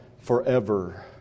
forever